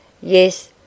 Yes